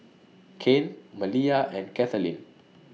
Kane Malia and Kathaleen